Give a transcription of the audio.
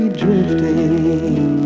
drifting